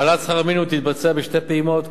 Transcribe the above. העלאת שכר המינימום תתבצע בשתי פעימות,